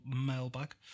mailbag